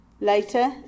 Later